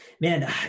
Man